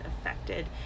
affected